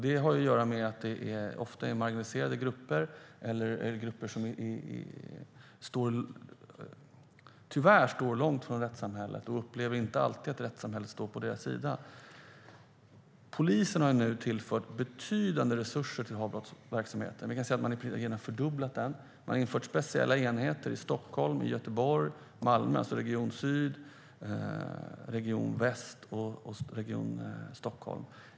Det har att göra med att det ofta är marginaliserade grupper eller grupper som tyvärr står långt från rättssamhället och inte alltid upplever att rättssamhället står på deras sida. Polisen har nu tillfört betydande resurser för bekämpning av hatbrottsverksamheten, en fördubbling. Man har infört speciella enheter i Malmö, Göteborg och Stockholm, alltså i region Syd, region väst och region Stockholm.